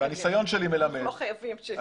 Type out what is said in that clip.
אנחנו לא חייבים.